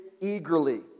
eagerly